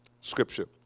scripture